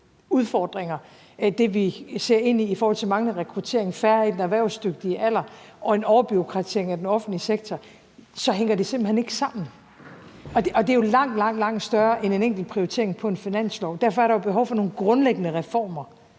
udfordringer, det, vi ser ind i i forhold til manglende rekruttering, færre i den erhvervsdygtige alder og en overbureaukratisering af den offentlige sektor, og så hænger det simpelt hen ikke sammen. Og det er jo langt, langt større end en enkelt prioritering på en finanslov. Derfor er der jo behov for nogle grundlæggende reformer,